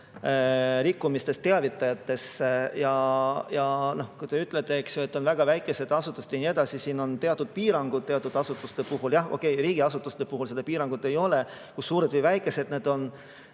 rikkumistest teavitajatesse. Kui te ütlete, et on ka väga väikesed asutused ja nii edasi, siis on teatud piirangud teatud asutuste puhul. Jah, okei, riigiasutuste puhul seda piirangut ei ole, kui suured või väikesed need on.